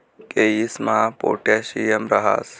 केयीसमा पोटॅशियम राहस